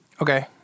Okay